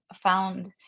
found